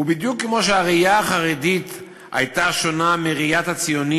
ובדיוק כמו שהראייה החרדית הייתה שונה מראיית הציונים